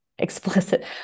Explicit